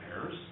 pairs